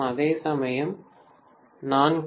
அதேசமயம் நான் கே